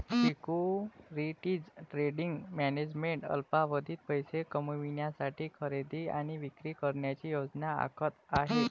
securities trading management अल्पावधीत पैसे कमविण्यासाठी खरेदी आणि विक्री करण्याची योजना आखत आहे